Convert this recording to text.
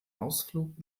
ausflug